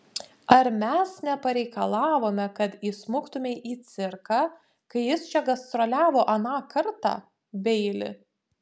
ar mes nepareikalavome kad įsmuktumei į cirką kai jis čia gastroliavo aną kartą beili